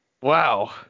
Wow